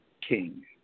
King